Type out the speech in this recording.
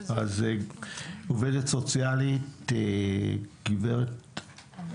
אז עובדת סוציאלית, גברת אודט.